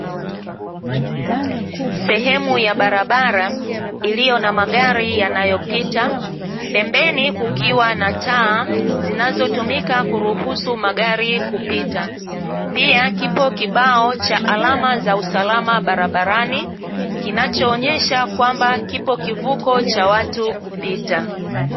Sehemu ya barabara iliyo na magari yanayopita, pembeni kukiwa na taa zinazotumika kuruhusu magari kupita. Pia kipo kibao cha alama za usalama barabarani, kinachoonyesha kwamba kipo kivuko cha watu kupita.